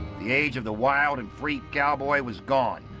the age of the wild and free cowboy was gone.